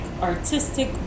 artistic